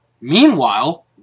Meanwhile